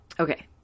Okay